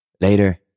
Later